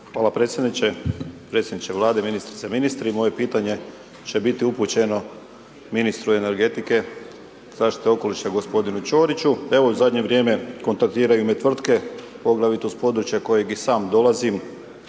Hvala predsjedniče. Predsjedniče Vlade, ministrice, ministri. Moje pitanje će biti upućeno ministru energetike i zaštite okoliša g. Čoriću. Evo, zadnje vrijeme kontaktiraju me tvrtke poglavito s područja kojeg i sam dolazim,